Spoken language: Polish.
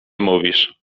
mówisz